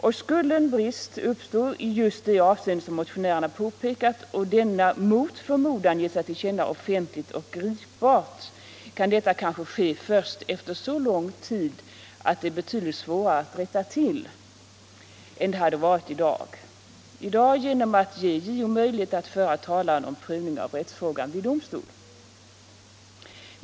Och skulle en brist uppstå i just det avseende som motionärerna påpekat och denna mot förmodan ge sig till känna offentligt och gripbart, kan detta kanske ske först efter så lång tid att det är betydligt svårare att rätta till, än det hade varit i dag genom att ge JO möjlighet att föra talan om prövning av rättsfrågan vid domstol.